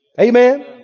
Amen